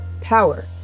power